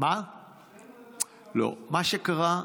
מה שקרה,